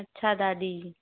अच्छा दादी